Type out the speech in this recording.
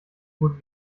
gut